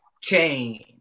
chain